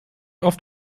oft